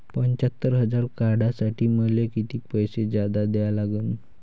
पंच्यात्तर हजार काढासाठी मले कितीक पैसे जादा द्या लागन?